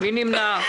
מי נמנע?